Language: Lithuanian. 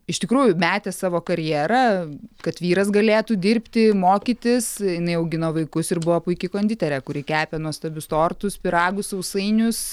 iš tikrųjų metė savo karjerą kad vyras galėtų dirbti mokytis jinai augino vaikus ir buvo puiki konditerė kuri kepė nuostabius tortus pyragus sausainius